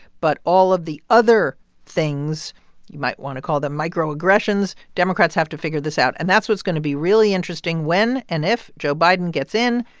but all of the other things you might want to call them microaggressions democrats have to figure this out. and that's what's going to be really interesting when and if joe biden gets in,